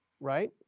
right